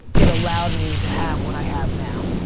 it allowed me to have what i have now.